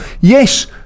yes